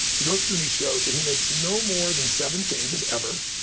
he goes through, and he shows that he makes no more than seven changes ever,